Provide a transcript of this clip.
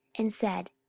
and said,